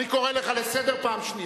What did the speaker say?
אני קורא אותך לסדר פעם שנייה.